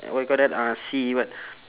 what you call that uh C what